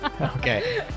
Okay